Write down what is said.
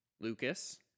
Lucas